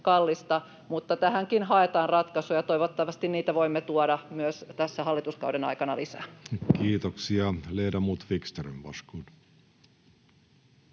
mutta tähänkin haetaan ratkaisuja, ja toivottavasti niitä voimme tuoda myös tässä hallituskauden aikana lisää. Kiitoksia. — Ledamot Wickström, varsågod.